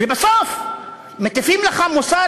ובסוף מטיפים לך מוסר,